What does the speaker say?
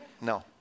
No